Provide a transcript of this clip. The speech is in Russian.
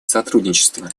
сотрудничества